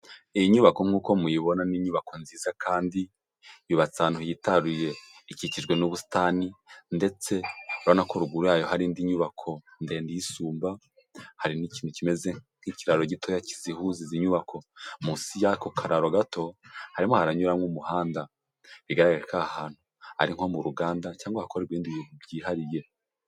Iyi nyubako nkuko muyibona, ni inyubako nziza kandi yubatse ahantu yihitaruye. Ikikijwe n'ubusitani, ndetse urabona ko ruguru yayo hari indi nyubako ndende iyisumba, hari n'ikintu kimeze nk'ikiraro gitoya kizihuza izi nyubako. Munsi y'ako kararo gato, harimo haranyuramo umuhanda. Bigaragara ko aha hantu ari nko mu ruganda, cyangwa hakorerwa ibindi bintu byihariye.